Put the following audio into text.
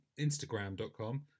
Instagram.com